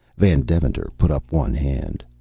van deventer put up one hand.